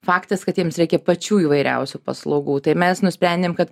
faktas kad jiems reikia pačių įvairiausių paslaugų tai mes nusprendėm kad